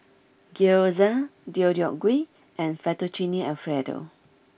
Gyoza Deodeok gui and Fettuccine Alfredo